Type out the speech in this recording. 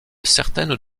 certaines